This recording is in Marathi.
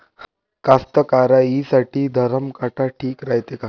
कास्तकाराइसाठी धरम काटा ठीक रायते का?